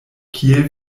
kiel